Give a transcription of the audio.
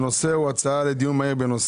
ערב ד' בשבט, הילולה